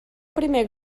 primer